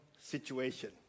situation